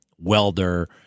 welder